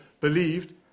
believed